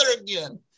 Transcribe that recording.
again